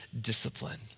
discipline